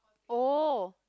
oh